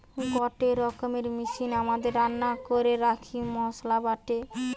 গটে রকমের মেশিন আমাদের রান্না ঘরে রাখি মসলা বাটে